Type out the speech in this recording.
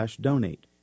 donate